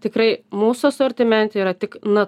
tikrai mūsų asortimente yra tik na